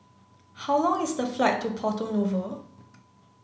how long is the flight to Porto Novo